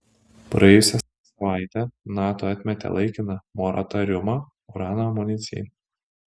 praėjusią savaitę nato atmetė laikiną moratoriumą urano amunicijai